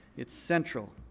it's central.